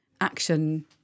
action